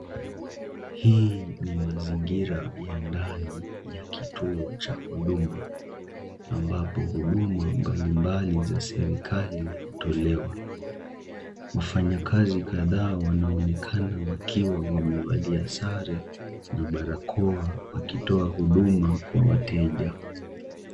Hii ni mazingira ya ndani ya kituo cha huduma, ambapo huduma mbalimbali za serikali hutolewa. Wafanyikazi kadhaa wanaonekana wakiwa wamevalia sare na barakoa wakitoa huduma kwa wateja.